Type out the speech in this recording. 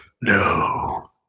No